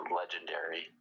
legendary